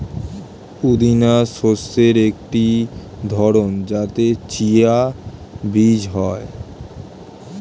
পুদিনা শস্যের একটি ধরন যাতে চিয়া বীজ হয়